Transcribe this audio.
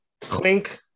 Clink